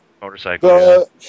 Motorcycle